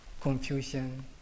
confusion